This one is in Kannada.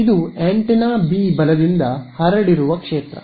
ಇದು ಆಂಟೆನಾ ಬಿ ಬಲದಿಂದ ಹರಡಿರುವ ಕ್ಷೇತ್ರ